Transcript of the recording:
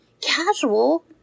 casual